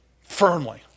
firmly